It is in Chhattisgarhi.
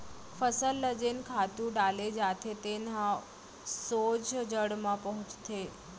फसल ल जेन खातू डाले जाथे तेन ह सोझ जड़ म पहुंचथे